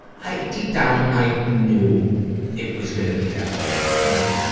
i, deep down, i knew it was gonna be that way. and,